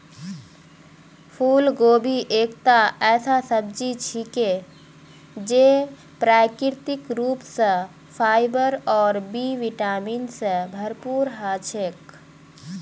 फूलगोभी एकता ऐसा सब्जी छिके जे प्राकृतिक रूप स फाइबर और बी विटामिन स भरपूर ह छेक